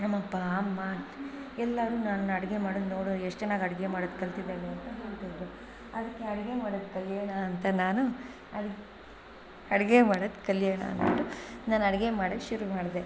ನಮ್ಮಅಪ್ಪ ಅಮ್ಮ ಎಲ್ಲಾರೂ ನಾನು ಅಡಿಗೆ ಮಾಡೋದು ನೋಡಿ ಎಷ್ಟು ಚೆನ್ನಾಗ್ ಅಡಿಗೆ ಮಾಡೋದ ಕಲಿತಿದಾಳೆ ಅಂತ ಹೇಳ್ತಾಯಿದ್ರು ಅದಕ್ಕೆ ಅಡಿಗೆ ಮಾಡೋದ್ ಕಲಿಯೋಣ ಅಂತ ನಾನು ಅದಕ್ ಅಡಿಗೆ ಮಾಡೋದ್ ಕಲಿಯೋಣ ಅನ್ಬಿಟ್ಟು ನಾನು ಅಡಿಗೆ ಮಾಡೋಕ್ ಶುರು ಮಾಡಿದೆ